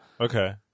Okay